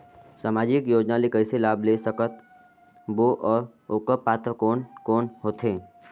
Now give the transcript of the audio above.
समाजिक योजना ले कइसे लाभ ले सकत बो और ओकर पात्र कोन कोन हो थे?